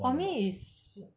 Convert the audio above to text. for me is